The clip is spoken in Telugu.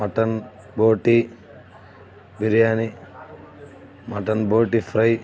మటన్ బోటి బిర్యానీ మటన్ బోటి ఫ్రై